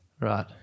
Right